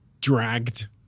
dragged